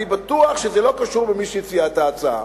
אני בטוח שזה לא קשור במי שהציע את ההצעה.